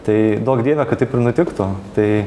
tai duok dieve kad taip ir nutiktų tai